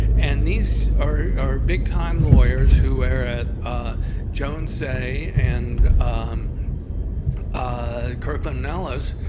and these are are big-time lawyers who are at ah jones day and um ah kirkland and ellis,